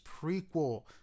prequel